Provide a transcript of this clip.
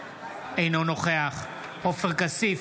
אינו נוכח עופר כסיף,